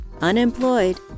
unemployed